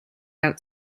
out